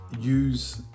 use